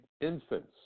Infants